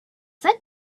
that